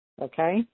Okay